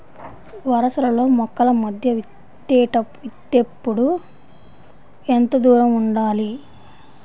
వరసలలో మొక్కల మధ్య విత్తేప్పుడు ఎంతదూరం ఉండాలి?